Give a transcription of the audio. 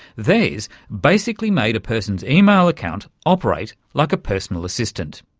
theirs basically made a person's email account operate like a personal assistant.